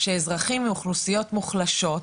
שאזרחים מאוכלוסיות מוחלשות,